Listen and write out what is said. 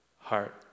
heart